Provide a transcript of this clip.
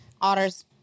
Otters